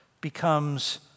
becomes